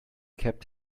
kept